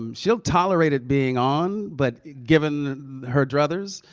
um she'll tolerate it being on, but given her druthers,